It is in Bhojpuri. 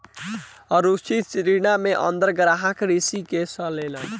असुरक्षित ऋण के अंदर ग्राहक ऋण ले सकेलन